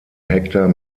hektar